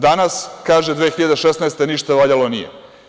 Danas, kaže 2016. godine ništa valjalo nije.